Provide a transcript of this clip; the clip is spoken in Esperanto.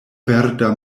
verda